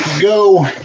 go